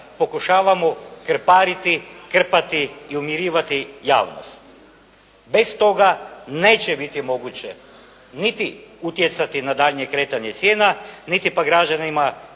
pokušavamo krpariti, krpiti i umirivati javnost. E stoga, neće biti moguće niti utjecati na daljnje kretanje cijena, niti pak građanima